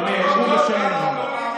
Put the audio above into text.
והם נאמרו בשם אומרם.